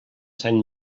sant